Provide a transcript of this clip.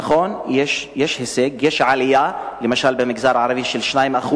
נכון, יש הישג, יש עלייה, למשל במגזר הערבי של 2%,